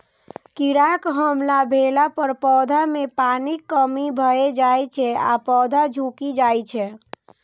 कीड़ाक हमला भेला पर पौधा मे पानिक कमी भए जाइ छै आ पौधा झुकि जाइ छै